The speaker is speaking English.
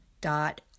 dot